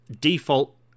default